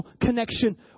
connection